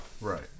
right